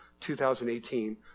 2018